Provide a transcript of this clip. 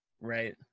Right